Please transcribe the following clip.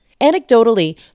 Anecdotally